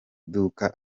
duka